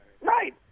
Right